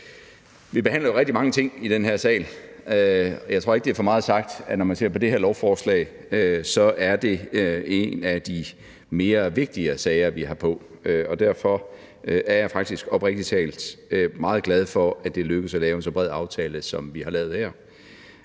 Vi behandler jo rigtig mange ting i den her sal. Jeg tror ikke, det er for meget sagt, at når man ser på det her lovforslag, er det en af de mere vigtige sager, vi har på dagsordenen. Derfor er jeg faktisk oprigtig talt meget glad for, at det er lykkedes at lave en så bred aftale, som vi har lavet her.